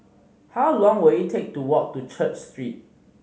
how long will it take to walk to Church Street